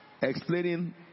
Explaining